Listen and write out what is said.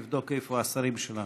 אחריו, חבר הכנסת יוסי יונה.